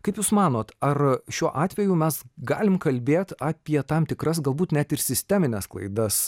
kaip jūs manot ar šiuo atveju mes galim kalbėt apie tam tikras galbūt net ir sistemines klaidas